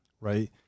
right